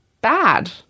bad